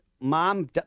Mom